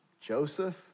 Joseph